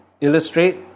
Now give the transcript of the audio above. illustrate